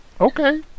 okay